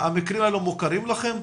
המקרים האלה מוכרים לכם?